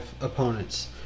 opponents